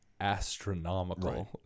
astronomical